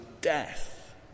death